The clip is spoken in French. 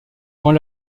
quand